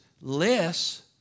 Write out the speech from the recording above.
less